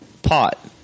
pot